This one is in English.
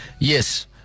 Yes